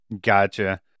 Gotcha